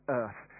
earth